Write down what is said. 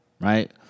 right